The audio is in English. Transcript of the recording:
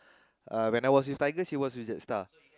uh when I was with Tigers she was with JetStar